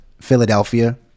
Philadelphia